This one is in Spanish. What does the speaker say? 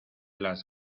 las